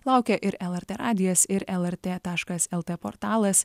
laukia ir lrt radijas ir lrt taškas lt portalas